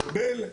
ארבל,